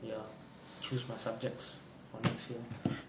ya choose my subjects for next year